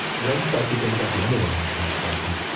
red spicy things aren't the only way to make things spicy.